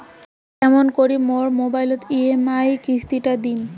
কেমন করি মোর মোবাইলের ই.এম.আই কিস্তি টা দিম?